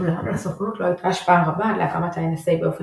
אולם לסוכנות לא הייתה השפעה רבה עד להקמת ה-NSA באופן